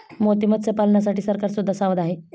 मोती मत्स्यपालनासाठी सरकार सुद्धा सावध आहे